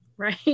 right